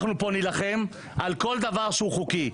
אנחנו נילחם פה על כל דבר שהוא חוקי.